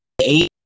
eight